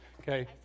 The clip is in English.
Okay